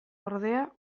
ordea